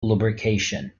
lubrication